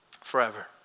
Forever